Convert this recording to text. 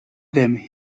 them